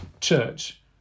church